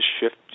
shift